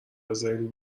بذارین